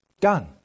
done